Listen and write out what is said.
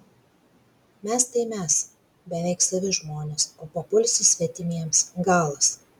mes tai mes beveik savi žmonės o papulsi svetimiems galas